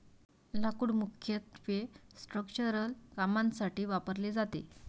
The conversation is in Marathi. लाकूड मुख्यत्वे स्ट्रक्चरल कामांसाठी वापरले जाते